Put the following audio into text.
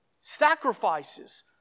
Sacrifices